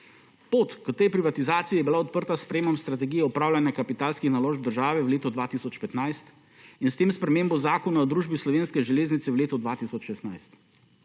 Pot k tej privatizaciji je bila odprta s sprejemom strategije upravljanja kapitalskih naložb v državi v letu 2015 in s tem spremembo Zakona o družbi Slovenske železnice v letu 2016.